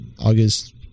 August